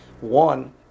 one